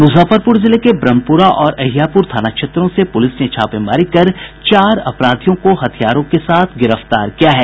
मुजफ्फरपुर जिले के ब्रह्मपुरा और अहियापुर थाना क्षेत्रों से पुलिस ने छापेमारी कर चार अपराधियों को हथियारों के साथ गिरफ्तार किया है